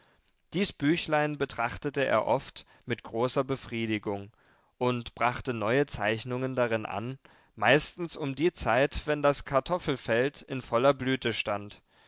dies büchlein betrachtete er oft mit großer befriedigung und brachte neue zeichnungen darin an meistens um die zeit wenn das kartoffelfeld in voller blüte stand